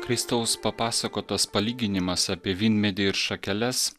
kristaus papasakotas palyginimas apie vynmedį ir šakeles